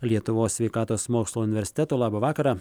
lietuvos sveikatos mokslų universiteto labą vakarą